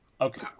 Okay